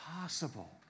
possible